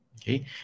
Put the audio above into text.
Okay